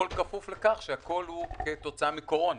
הכול כפוף לכך שהכול כתוצאה מקורונה.